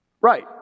Right